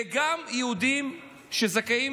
וגם יהודים שזכאים